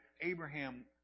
Abraham